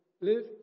live